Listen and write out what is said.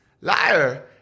liar